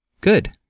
Good